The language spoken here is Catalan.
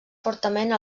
fortament